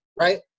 right